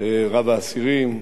רב האסירים,